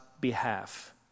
behalf